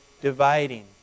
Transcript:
dividing